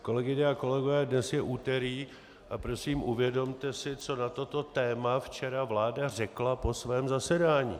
Kolegyně a kolegové, dnes je úterý, a prosím uvědomte si, co na toto téma včera vláda řekla po svém zasedání.